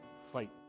fight